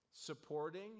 supporting